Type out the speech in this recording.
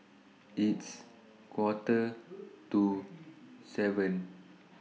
its Quarter to seven